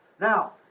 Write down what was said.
Now